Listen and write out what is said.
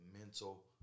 mental